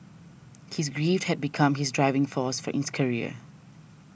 his grief had become his driving force in his career